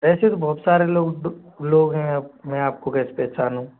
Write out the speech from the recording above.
ऐसे तो बहुत सारे लोग लोग हैं यहाँ अब मैं आप को कैसे पहचानूँ